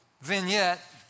vignette